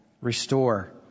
Restore